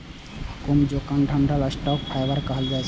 गहूम, जौ के डंठल कें स्टॉक फाइबर कहल जाइ छै